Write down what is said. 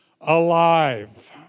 alive